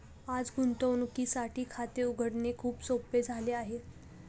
आज गुंतवणुकीसाठी खाते उघडणे खूप सोपे झाले आहे